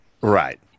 Right